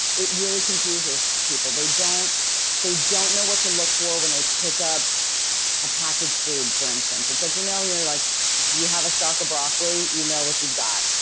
it really confuses people. they don't they don't know what to look for when they pick up a package food for instance. it's like you know you're like you have a stock of broccoli, you know what you've got,